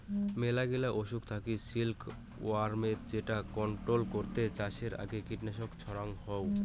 মেলাগিলা অসুখ থাকি সিল্ক ওয়ার্মদের যেটা কন্ট্রোল করতে চাষের আগে কীটনাশক ছড়াঙ হই